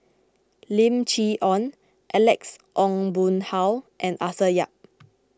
Lim Chee Onn Alex Ong Boon Hau and Arthur Yap